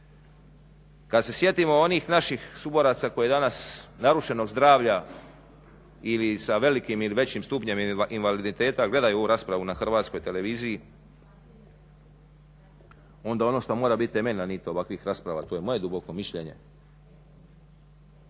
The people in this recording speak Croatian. kad se sjetimo svih onih naših suboraca koji danas narušenog zdravlja ili sa velikim ili većim stupnja invaliditeta gledaju ovu raspravu na hrvatskoj televiziji, onda ono što mora biti temeljna nit ovakvih rasprava to je moje duboko mišljenje.